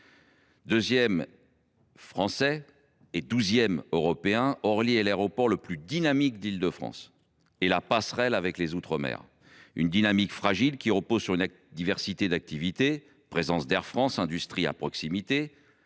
aéroport français et douzième aéroport européen, Orly est l’aéroport le plus dynamique d’Île de France et la passerelle avec les outre mer. Cette dynamique fragile repose sur une diversité d’activités : présence d’Air France, industries à proximité,